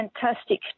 fantastic